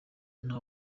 nta